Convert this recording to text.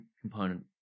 component